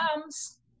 comes